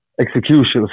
executions